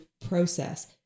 process